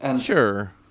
Sure